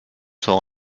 sont